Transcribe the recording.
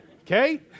okay